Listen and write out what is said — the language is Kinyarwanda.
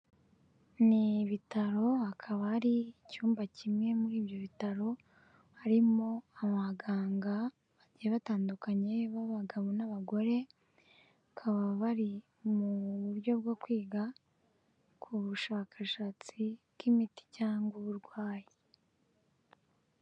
Ni ibitaro hakaba hari icyumba kimwe muri ibyo bitaro, harimo abaganga bagiye batandukanye b'abagabo n'abagore, bakaba bari mu buryo bwo kwiga ku bushakashatsi bw'imiti cyangwa uburwayi.